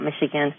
Michigan